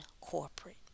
corporate